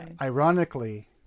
ironically